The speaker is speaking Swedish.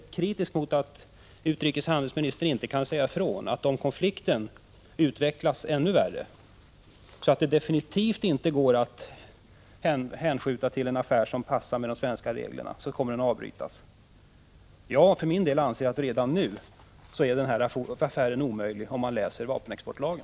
Jag är än mera kritisk mot att utrikeshandelsministern inte kan säga ifrån, att om konflikten förvärras så att det definitivt inte går att hänvisa till att affären följer de svenska reglerna, kommer affären att avbrytas. Jag för min del anser att affären redan nu är omöjlig enligt den svenska vapenexportlagen.